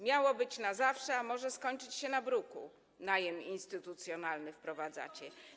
Miało być na zawsze, a może skończyć się na bruku - najem instytucjonalny wprowadzacie.